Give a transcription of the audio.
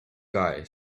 guy